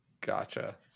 gotcha